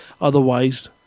Otherwise